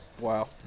Wow